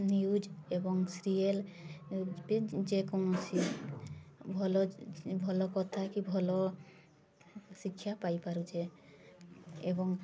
news ଏବଂ serial ଯେ କୌଣସି ଭଲ ଭଲ କଥା କି ଭଲ ଶିକ୍ଷା ପାଇ ପାରୁଛେ ଏବଂ